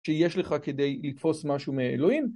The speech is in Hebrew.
שיש לך כדי לתפוס משהו מאלוהים